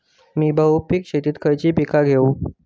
मी बहुपिक शेतीत खयली पीका घेव?